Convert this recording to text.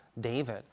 David